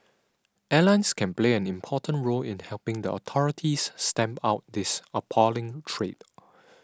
airlines can play an important role in helping the authorities stamp out this appalling trade